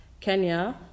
Kenya